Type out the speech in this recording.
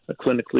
clinically